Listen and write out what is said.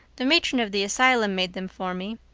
the matron of the asylum made them for me.